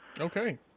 Okay